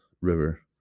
river